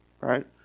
right